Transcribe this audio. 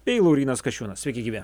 bei laurynas kasčiūnas sveiki gyvi